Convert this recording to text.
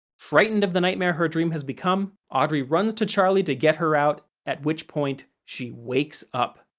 frightened of the nightmare her dream has become, audrey runs to charlie to get her out, at which point she wakes up.